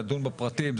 לדון בפרטים.